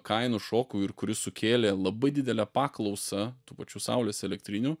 kainų šokui ir kuris sukėlė labai didelę paklausą tų pačių saulės elektrinių